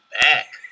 back